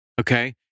Okay